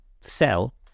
sell